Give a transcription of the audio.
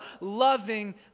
loving